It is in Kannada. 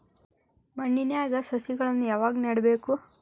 ಮಣ್ಣಿನ್ಯಾಗ್ ಸಸಿಗಳನ್ನ ಯಾವಾಗ ನೆಡಬೇಕು?